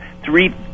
Three